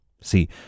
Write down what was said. See